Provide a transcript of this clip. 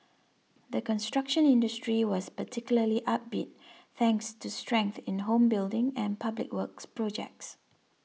the construction industry was particularly upbeat thanks to strength in home building and public works projects